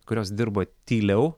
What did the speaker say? kurios dirba tyliau